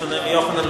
בשונה מיוחנן,